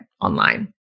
online